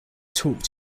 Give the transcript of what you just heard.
talk